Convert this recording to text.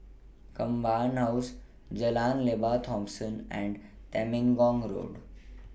Command House Jalan Lembah Thomson and Temenggong Road